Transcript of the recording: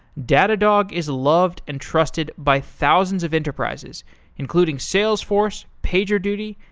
datadog is loved and trusted by thousands of enterprises including salesforce, pagerduty,